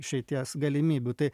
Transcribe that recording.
išeities galimybių tai